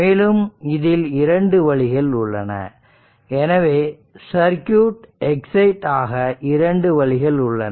மேலும் இதில் இரண்டு வழிகள் உள்ளன எனவே சர்க்யூட் எக்சைட் ஆக இரண்டு வழிகள் உள்ளன